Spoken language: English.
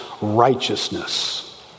righteousness